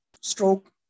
stroke